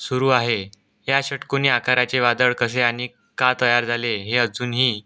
सुरू आहे या षटकोनी आकाराचे वादळ कसे आणि का तयार झाले हे अजूनही